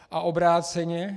A obráceně.